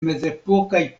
mezepokaj